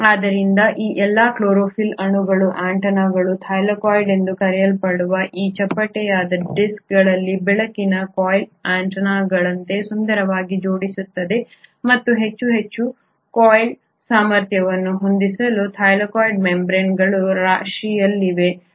ಆದ್ದರಿಂದ ಈ ಎಲ್ಲಾ ಕ್ಲೋರೊಫಿಲ್ ಅಣುಗಳು ಆಂಟೆನಾಗಳು ಥೈಲಾಕೋಯ್ಡ್ ಎಂದು ಕರೆಯಲ್ಪಡುವ ಈ ಚಪ್ಪಟೆಯಾದ ಡಿಸ್ಕ್ಗಳಲ್ಲಿ ಬೆಳಕಿನ ಕೊಯ್ಲು ಆಂಟೆನಾಗಳಂತೆ ಸುಂದರವಾಗಿ ಜೋಡಿಸುತ್ತವೆ ಮತ್ತು ಹೆಚ್ಚು ಹೆಚ್ಚು ಕೊಯ್ಲು ಸಾಮರ್ಥ್ಯವನ್ನು ಹೊಂದಿಸಲು ಥೈಲಾಕೋಯ್ಡ್ ಮೆಂಬ್ರೇನ್ಗಳು ರಾಶಿಯಲ್ಲಿವೆ